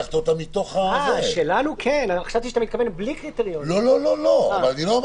אני לא אומר